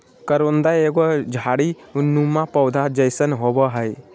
करोंदा एगो झाड़ी नुमा पौधा जैसन होबो हइ